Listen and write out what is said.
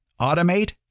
automate